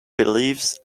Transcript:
beliefs